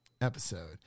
episode